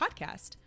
podcast